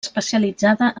especialitzada